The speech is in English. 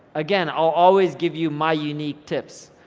again, i'll always give you my unique tips.